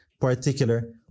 particular